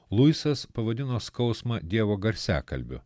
luisas pavadino skausmą dievo garsiakalbiu